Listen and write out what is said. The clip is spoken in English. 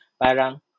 parang